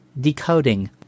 Decoding